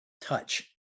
touch